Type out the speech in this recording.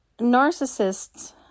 narcissists